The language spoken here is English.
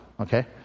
Okay